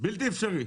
בלתי אפשרי.